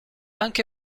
anche